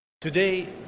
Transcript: Today